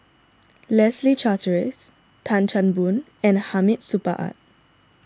Leslie Charteris Tan Chan Boon and Hamid Supaat